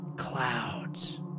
clouds